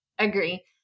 Agree